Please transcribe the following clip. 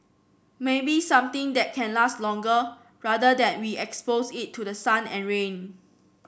maybe something that can last longer rather than we expose it to the sun and rain